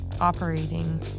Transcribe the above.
operating